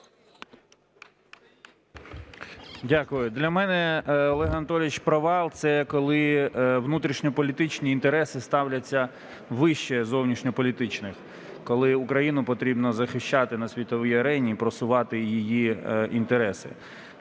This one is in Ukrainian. Дякую. Для мене, Олегу Анатолійовичу, провал – це коли внутрішньополітичні інтереси ставляться вище зовнішньополітичних, коли Україну потрібно захищати на світовій арені і просувати її інтереси.